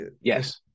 yes